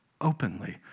openly